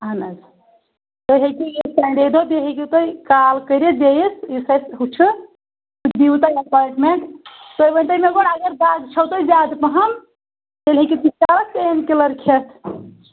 اہن حظ تُہۍ ہٮ۪کِو ییٚمہِ سَنڈے دۄہ بیٚیہِ ہٮ۪کِو تُہۍ کال کٔرِتھ بیٚیِس یُس اَسہِ ہُہ چھُ سُہ دِیِو تۄہہِ ایپایِنٛٹمینٛٹ تُہۍ ؤنۍ تو مےٚ گۄڈٕ اگر دگ چھو تۄہہِ زیادٕ پَہَن تُہۍ ہٮ۪کِو تیٖتِس کالَس پین کِلَر کٮ۪تھ